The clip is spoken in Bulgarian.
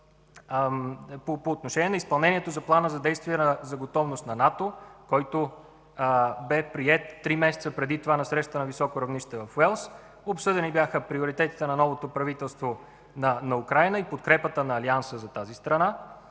по отношение на изпълнението на Плана за действие за готовност на НАТО, който бе приет три месеца преди това на срещата на високо равнище в Уелс. Обсъдени бяха приоритетите на новото правителство на Украйна и подкрепата на Алианса за тази страна.